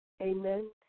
Amen